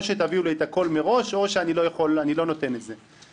או שתביאו לי את הכול מראש או שאני לא נותן את זה.